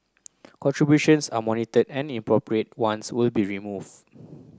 contributions are monitored and inappropriate ones will be removed